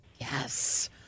Yes